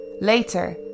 Later